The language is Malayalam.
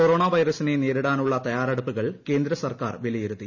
കൊറോണ വൈറസിനെ നേരിടാനുളള തയ്യാറെടുപ്പുകൾ കേന്ദ്ര സർക്കാർ വിലയിരുത്തി